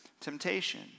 temptation